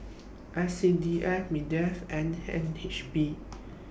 S C D F Mindef and N H B